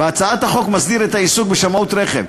בהצעת החוק מסדיר את העיסוק בשמאות רכב.